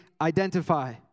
identify